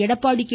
Edappadi K